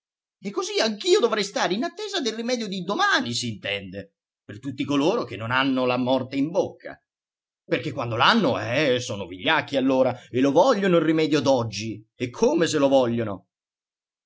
e così anch'io dovrei stare in attesa del rimedio di domani s'intende per tutti coloro che non hanno la morte in bocca perché quando l'hanno eh sono vigliacchi allora e lo vogliono il rimedio d'oggi e come lo vogliono